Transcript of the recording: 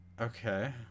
okay